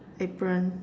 apron